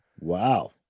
Wow